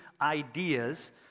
ideas